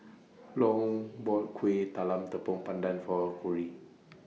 Long bought Kuih Talam Tepong Pandan For Corrie